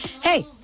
hey